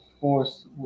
force